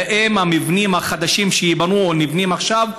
האם המבנים החדשים שייבנו או שנבנים עכשיו,